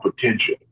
potential